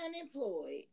unemployed